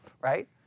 right